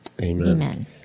Amen